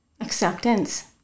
Acceptance